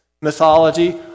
mythology